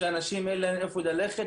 ולאנשים אין לאן ללכת.